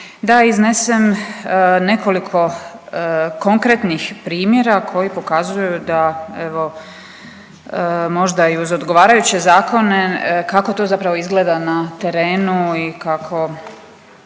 iznesem nekoliko konkretnih primjera koji pokazuj da evo možda i uz odgovarajuće zakone kako to zapravo izgleda na terenu i kako